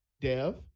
Dev